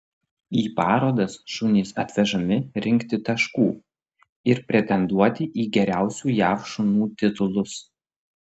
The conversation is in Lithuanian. į parodas šunys atvežami rinkti taškų ir pretenduoti į geriausių jav šunų titulus